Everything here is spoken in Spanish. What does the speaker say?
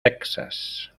texas